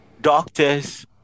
doctors